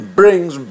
brings